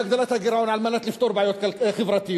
בהגדלת הגירעון כדי לפתור בעיות חברתיות,